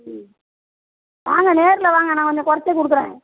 ம் வாங்க நேர்ல வாங்க நான் கொஞ்சம் குறச்சி கொடுக்குறேன்